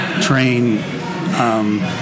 train